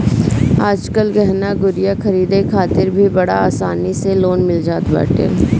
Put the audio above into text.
आजकल गहना गुरिया खरीदे खातिर भी बड़ा आसानी से लोन मिल जात बाटे